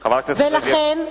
לכן,